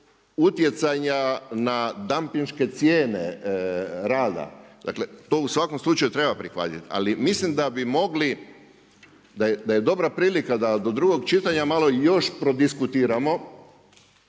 smislu utjecanja na dampinške cijene rada. Dakle, to u svakom slučaju treba prihvatiti. Ali mislim da bi mogli, da je dobra prilika da do drugog čitanja malo još prodiskutiramo,